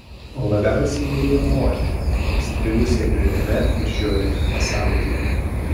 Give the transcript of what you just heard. o labiausiai mylėjo moterį įstrigusią niūriame ir žiauriame pasaulyje